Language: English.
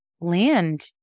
land